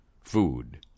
food